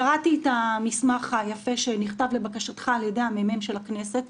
קראתי את המסמך היפה שנכתב לבקשתך על ידי המ"מ של הכנסת,